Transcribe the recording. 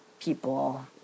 people